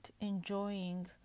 enjoying